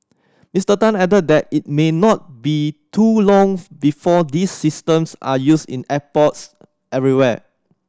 Mister Tan added that it may not be too longs before these systems are used in airports everywhere